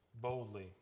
boldly